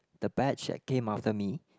the batch that came after me